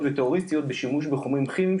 וטרוריסטיות בשימוש בחומרים כימיים,